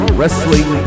Wrestling